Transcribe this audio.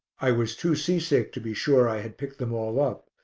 i was too sea-sick to be sure i had picked them all up,